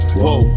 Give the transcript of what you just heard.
whoa